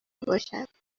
باشد